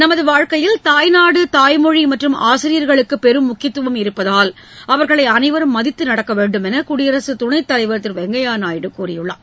நமது வாழ்க்கையில் தாய்நாடு தாய்மொழி மற்றும் ஆசிரியர்களுக்கு பெரும் முக்கியத்துவம் இருப்பதால் அவர்களை அனைவரும் மதித்து நடக்க வேண்டும் என்று குடியரசுத் துணைத் தலைவர் திரு வெங்கையா நாயுடு கூறியுள்ளார்